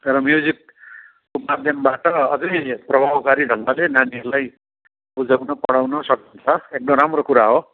र म्युजिकको माध्यमबाट अझै प्रभावकारी ढङ्गले नानीहरूलाई बुझाउनु पढाउनु सक्नु एकदम राम्रो कुरा हो